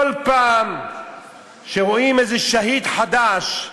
כל פעם שרואים איזה שהיד חדש,